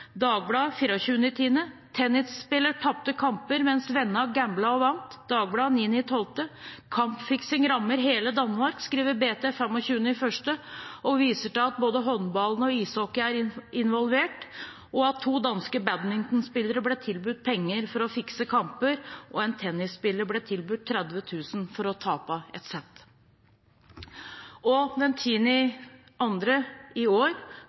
kamper – vennene gamblet og vant» – Dagbladet 9. desember. «Matchfixing rammer hele Danmark», skriver Berlingske 25. januar, og viser til at både håndball og ishockey er involvert, at to danske badmintonspillere ble tilbudt penger for å fikse kamper, og at en tennisspiller ble tilbudt 30 000 kr for å tape et sett. Og den 10. februar i år